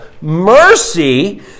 mercy